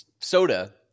soda